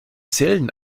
zellen